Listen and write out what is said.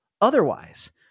otherwise